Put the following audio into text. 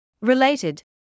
Related